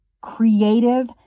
creative